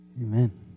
Amen